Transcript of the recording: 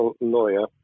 lawyer